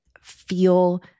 feel